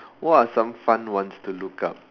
what are some fun ones to look up